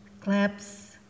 Claps